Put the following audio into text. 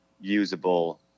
usable